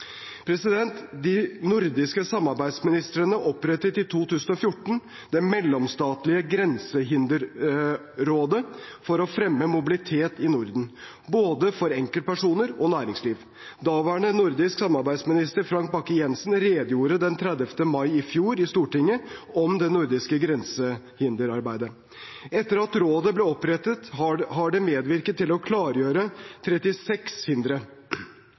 De nordiske samarbeidsministrene opprettet i 2014 det mellomstatlige Grensehinderrådet for å fremme mobilitet i Norden – for både enkeltpersoner og næringsliv. Daværende nordisk samarbeidsminister Frank Bakke-Jensen redegjorde den 30. mai i fjor i Stortinget om det nordiske grensehinderarbeidet. Etter at rådet ble opprettet, har det medvirket til å klargjøre 36 hindre.